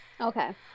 okay